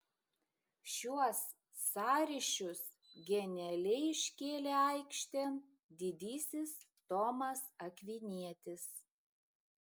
šiuos sąryšius genialiai iškėlė aikštėn didysis tomas akvinietis